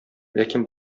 ләкин